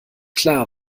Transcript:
klar